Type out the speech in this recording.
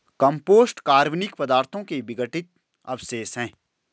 compost कार्बनिक पदार्थों के विघटित अवशेष हैं